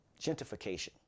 gentrification